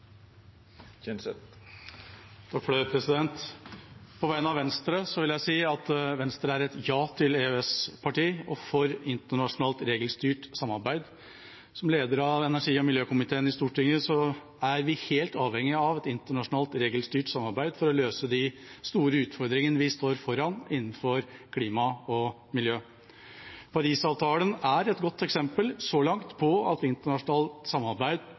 På vegne av Venstre vil jeg si at Venstre er et ja-til-EØS-parti og for internasjonalt regelstyrt samarbeid. Jeg er leder av energi- og miljøkomiteen i Stortinget, og vi er helt avhengig av et internasjonalt regelstyrt samarbeid for å løse de store utfordringene vi står foran innenfor klima og miljø. Parisavtalen er så langt et godt eksempel på at internasjonalt samarbeid